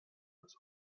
his